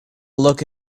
look